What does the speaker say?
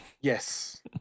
yes